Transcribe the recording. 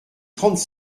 trente